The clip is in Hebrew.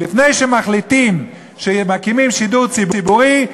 לפני שמחליטים שמקימים שידור ציבורי,